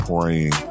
praying